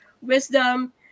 wisdom